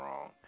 wrong